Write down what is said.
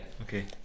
okay